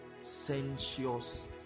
sensuous